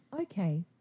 Okay